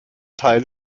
teil